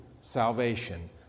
salvation